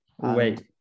Wait